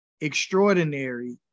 extraordinary